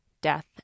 death